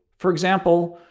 for example,